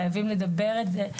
חייבים לדבר את זה,